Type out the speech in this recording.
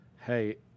hey